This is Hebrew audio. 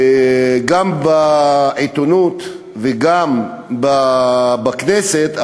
גם בעיתונות וגם בכנסת,